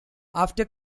after